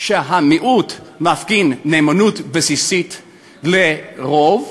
שהמיעוט מפגין נאמנות בסיסית לרוב,